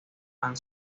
han